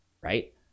right